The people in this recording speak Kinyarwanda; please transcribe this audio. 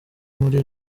muri